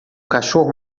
cachorro